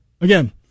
again